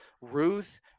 Ruth